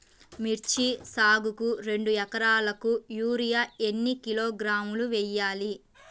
మిర్చి సాగుకు రెండు ఏకరాలకు యూరియా ఏన్ని కిలోగ్రాములు వేయాలి?